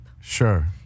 Sure